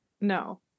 No